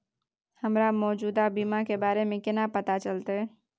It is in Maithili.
हमरा मौजूदा बीमा के बारे में केना पता चलते?